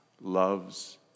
loves